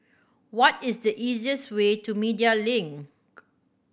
what is the easiest way to Media Link